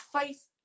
faith